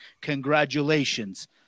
Congratulations